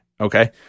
Okay